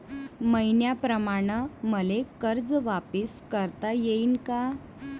मईन्याप्रमाणं मले कर्ज वापिस करता येईन का?